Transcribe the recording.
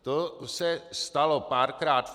To se stalo párkrát.